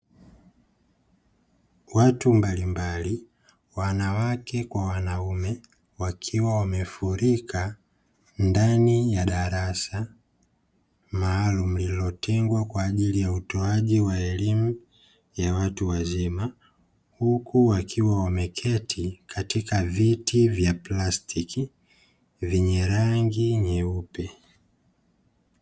Watu mbalimbali wanawake kwa wanaume wakiwa wamefurika ndani ya darasa maalumu lililotengwa kwa ajili ya utoaji wa elimu ya watu wazima, huku wakiwa wameketi katika viti vya plastiki vyenye rangi nyeupe.